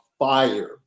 Fire